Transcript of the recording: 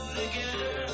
together